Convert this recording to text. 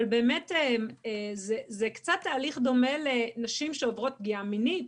אבל זה באמת קצת תהליך דומה לנשים שעוברות פגיעה מינית,